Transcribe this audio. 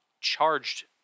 charged